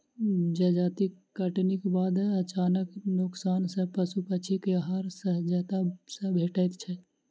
जजाति कटनीक बाद अनाजक नोकसान सॅ पशु पक्षी के आहार सहजता सॅ भेटैत छै